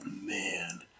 man